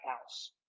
House